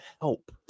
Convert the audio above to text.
help